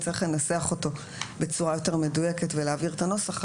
ונצטרך לנסח אותו בצורה מדויקת יותר ולהבהיר את הנוסח,